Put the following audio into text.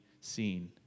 seen